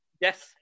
Yes